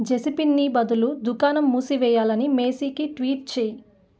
జెసిపెన్ని బదులు దుకాణం మూసేయాలని మేసికి ట్వీట్ చేయి